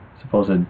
supposed